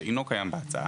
שאינו קיים בהצעה.